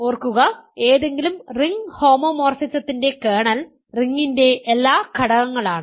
ഓർക്കുക ഏതെങ്കിലും റിംഗ് ഹോമോമോർഫിസത്തിന്റെ കേർണൽ റിങ്ങിന്റെ എല്ലാ ഘടകങ്ങളാണ്